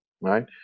right